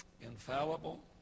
infallible